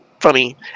funny